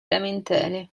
lamentele